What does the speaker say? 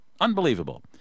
Unbelievable